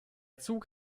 zug